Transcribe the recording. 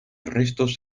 restos